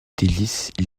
délices